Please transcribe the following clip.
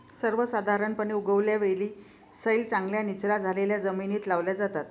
सर्वसाधारणपणे, उगवत्या वेली सैल, चांगल्या निचरा झालेल्या जमिनीत लावल्या जातात